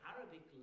Arabic